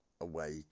awake